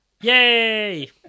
Yay